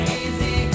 easy